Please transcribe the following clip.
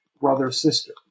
brother-sister